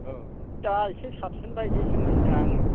औ दा एसे साबसिन बायदिसो मोनदों आङो